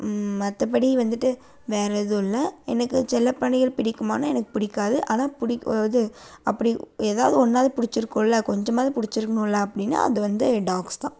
மற்றபடி வந்துட்டு வேற எதுவும் இல்லை எனக்கு செல்லப் பிராணிகள் பிடிக்குமான்னா எனக்கு பிடிக்காது ஆனால் புடிக் இது அப்படி ஏதாவது ஒன்னாவது பிடிச்சிருக்கும்ல கொஞ்சமாவது பிடிச்சிருக்குணும்ல அப்படின்னா அது வந்து டாக்ஸ் தான்